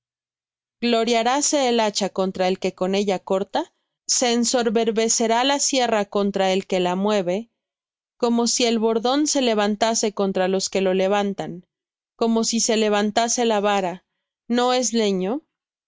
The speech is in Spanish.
graznase gloriaráse el hacha contra el que con ella corta se ensoberbecerá la sierra contra el que la mueve como si el bordón se levantase contra los que lo levantan como si se levantase la vara no es leño